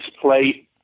plate